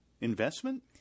investment